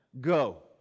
Go